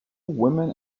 women